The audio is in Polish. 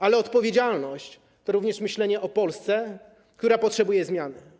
Ale odpowiedzialność to również myślenie o Polsce, która potrzebuje zmiany.